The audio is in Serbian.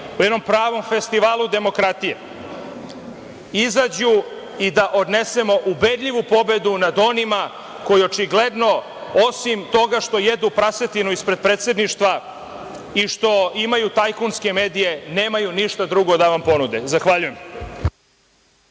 na jednom pravom festivalu demokratije, izađu i da odnesemo ubedljivu pobedu nad onima koji očigledno, osim toga što jedu prasetinu ispred predsedništva i što imaju tajkunske medije, nemaju ništa drugo da vam ponude. Zahvaljujem.